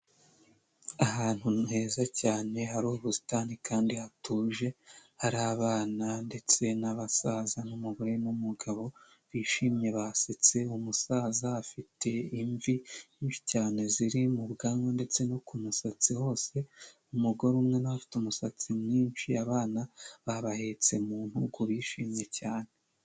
Ahantu heza cyane hari ubusitani kandi hatuje hari abana ndetse n'abasaza n'umugore n'umugabo bishimye basetse, umusaza afite imvi nyinshi cyane ziri mu bwanwa ndetse no ku musatsi hose, umugore umwe nawe afite umusatsi mwinshi, abana babahetse mu mugongo bishimye cyane.